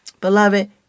Beloved